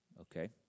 okay